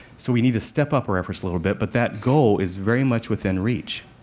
so we need to step up our efforts a little bit, but that goal is very much within reach.